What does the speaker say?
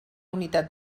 unitat